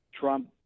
Trump